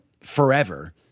forever